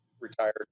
Retired